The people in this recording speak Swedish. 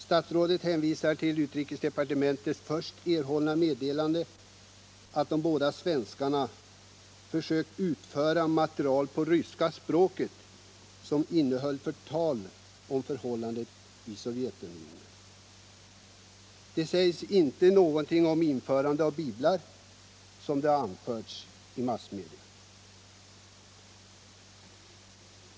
Statsrådet hänvisar till utrikesdepartementets först erhållna meddelande, att de båda svenskarna ”försökt utföra material på ryska språket som innehöll förtal om förhållandena i Sovjetunionen”. Där sägs inte någonting om införande av biblar, som det anförts i massmedia.